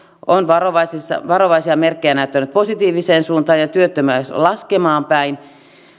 on varovaisia merkkejä näyttänyt positiiviseen suuntaan ja työttömyys on laskemaan päin